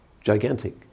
Gigantic